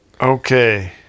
Okay